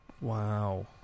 Wow